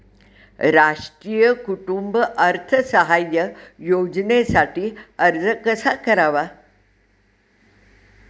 राष्ट्रीय कुटुंब अर्थसहाय्य योजनेसाठी अर्ज कसा करावा?